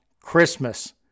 Christmas